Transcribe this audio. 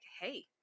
Hey